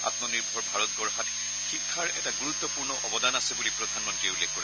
আমনিৰ্ভৰ ভাৰত গঢ়াত শিক্ষাৰ এটা ণ্ণৰুত্বপূৰ্ণ অৱদান আছে বুলি প্ৰধানমন্ত্ৰীয়ে উল্লেখ কৰে